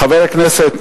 זו הסתייגות